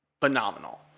phenomenal